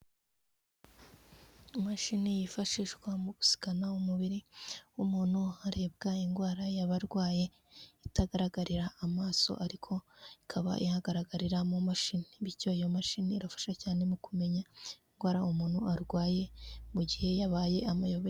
Imashini yifashishwa mu gusikana umubiri w'umuntu harebwa indwara yaba arwaye itagaragarira amaso ariko ikaba ihagaragarira mu mashini, bityo iyo mashini irafasha cyane mu kumenya indwara umuntu arwaye mu gihe yabaye amayobera.